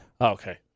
Okay